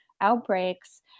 outbreaks